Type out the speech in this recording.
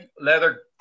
Leather